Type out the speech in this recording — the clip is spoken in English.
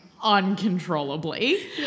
uncontrollably